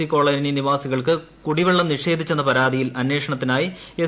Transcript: C colony നിവാസികൾക്ക് കുടിവെള്ളം നിഷേധിച്ചെന്ന പരാതിയിൽ അന്വേഷണത്തിനായി എസ്